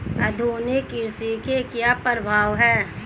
आधुनिक कृषि के क्या प्रभाव हैं?